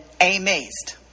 amazed